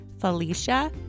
Felicia